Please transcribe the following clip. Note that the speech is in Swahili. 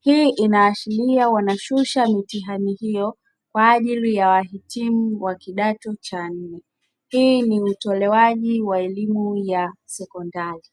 hii inaashiria wanashusha mitihani hiyo kwa kwa ajili ya wahitimu wa kidato cha nne. Hii ni utolewaji wa elimu ya shule ya sekondari.